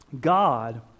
God